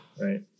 Right